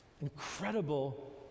incredible